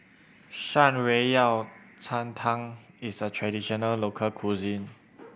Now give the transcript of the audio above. Shan Rui Yao Cai Tang is a traditional local cuisine